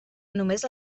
només